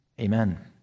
Amen